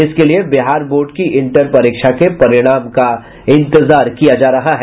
इसके लिये बिहार बोर्ड की इंटर परीक्षा के परिणाम का इंतजार किया जा रहा है